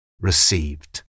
received